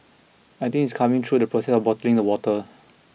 I think is coming through the process of bottling the water